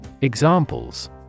Examples